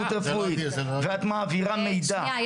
רפואית ואת מעבירה מידע -- שנייה,